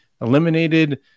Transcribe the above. eliminated